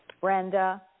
Brenda